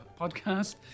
podcast